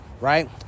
right